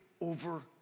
over